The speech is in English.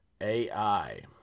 AI